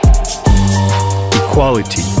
Equality